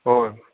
ओ